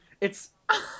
it's-